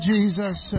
Jesus